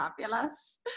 fabulous